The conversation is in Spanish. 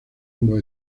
ambos